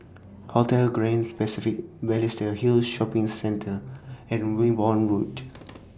Hotel Grand Pacific Balestier Hill Shopping Center and Wimborne Road